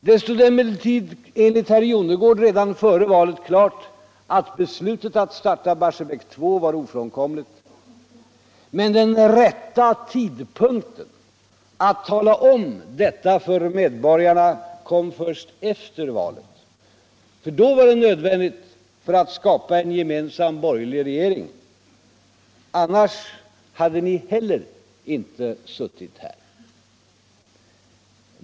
Det stod emellertid enligt herr Jonnergård redan före valet klart att beslutet att starta Barsebäck 2 var ofrånkomligt. Men den ”rätta tid Allmänpolitisk debatt Allmänpolitisk debatt ö punkien” att tala om detta för medborgarna kom först efter valet. Då var det nödvändigt för att skapa en gemensam borgerlig regering. Annars hade ni heller inte suttit här.